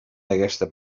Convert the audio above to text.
aquesta